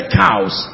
cows